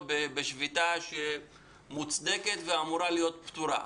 בשביתה שהיא מוצדקת ואמורה להיות פתירה.